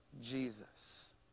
Jesus